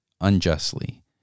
unjustly